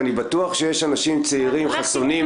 ואני בטוח שיש אנשים צעירים חסונים,